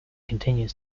continues